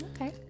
Okay